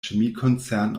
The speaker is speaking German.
chemiekonzern